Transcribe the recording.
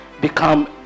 become